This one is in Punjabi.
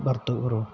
ਵਰਤੋਂ ਕਰੋ